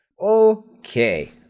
Okay